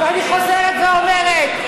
ואני חוזרת ואומרת,